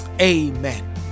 amen